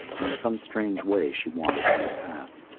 and in some strange way she wandered from the path.